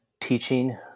teaching